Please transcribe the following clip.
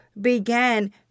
began